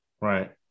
Right